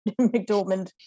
McDormand